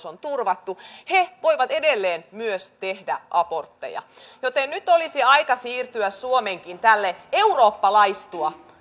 on turvattu he voivat edelleen myös tehdä abortteja joten nyt olisi aika siirtyä suomenkin tähän eurooppalaistua